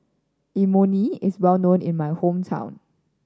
imoni is well known in my hometown